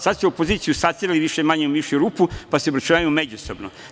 Sad ste opoziciju saterali više manje u mišiju rupu, pa se obračunavaju međusobno.